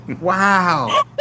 Wow